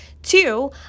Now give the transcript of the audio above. two